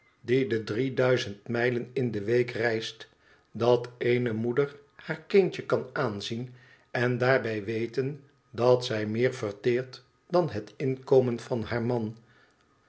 die de drie duizend mijlen in de week reist dateene moeder haar kindje kan aanzien en daarbij weten dat zij meer verteert dan het inkomen van haar man